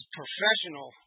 professional